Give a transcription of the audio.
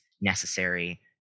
necessary